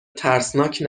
ترسناک